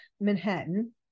Manhattan